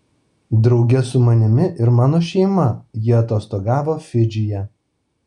drauge su manimi ir mano šeima ji atostogavo fidžyje